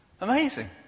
Amazing